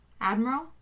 Admiral